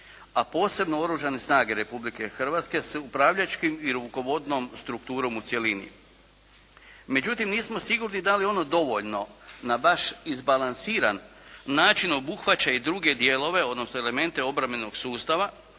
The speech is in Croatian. a posebno Oružane snage Republike Hrvatske s upravljačkim i rukovodnom strukturom u cjelini. Međutim, nismo sigurni da li ono dovoljno, na baš izbalansiran način, obuhvaća i druge dijelove, odnosno elemente obrambenog sustav.